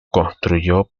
construyó